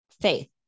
faith